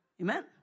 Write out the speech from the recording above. Amen